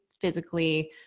physically